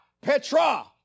Petra